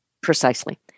Precisely